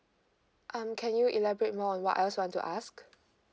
um can you elaborate more on what else you want to ask